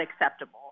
acceptable